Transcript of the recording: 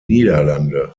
niederlande